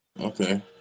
Okay